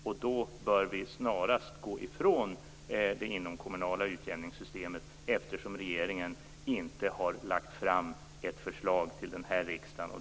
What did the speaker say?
Och då bör vi snarast gå ifrån det inomkommunala utjämningssystemet, eftersom regeringen inte har lagt fram ett förslag till den här riksdagen.